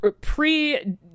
pre